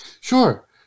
Sure